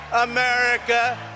America